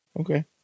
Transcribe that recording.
Okay